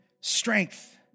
strength